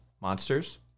monsters